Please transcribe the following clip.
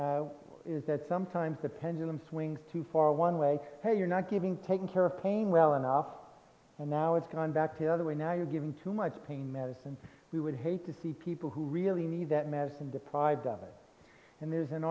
have is that sometimes the pendulum swings too far one way hey you're not giving taking care of pain well enough and now it's gone back to the other way now you're giving too much pain medicine who would hate to see people who really need that medicine deprived of it and there's an